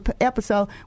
episode